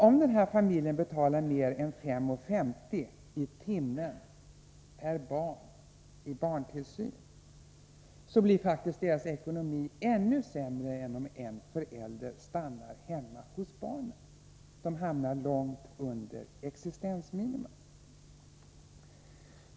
Om den familjen betalar mer än 5:50 i timmen per barn för barntillsyn, blir faktiskt ekonomin ännu sämre än om en förälder stannar hemma hos barnen. I båda fallen hamnar familjen långt under existensminimum.